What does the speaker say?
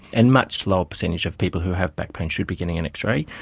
and much lower percentage of people who have back pain should be getting an x-ray.